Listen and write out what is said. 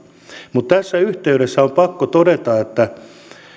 mutta tässä yhteydessä on pakko todeta että